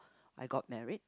I got married